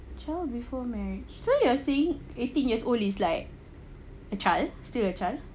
child before marriage so you are saying eighteen years old is like a child still a child